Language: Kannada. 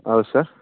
ಹೌದು ಸರ್